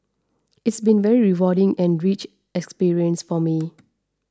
it's been very rewarding and rich experience for me